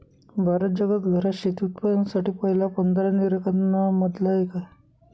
भारत जगात घरात शेती उत्पादकांसाठी पहिल्या पंधरा निर्यातकां न मधला एक आहे